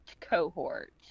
cohort